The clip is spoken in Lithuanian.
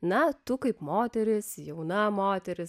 na tu kaip moteris jauna moteris